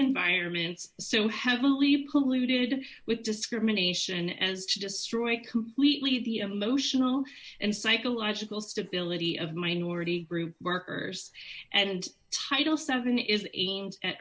environments so heavily polluted with discrimination as to destroy completely the emotional and psychological stability of minority group workers and title seven is aimed